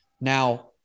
Now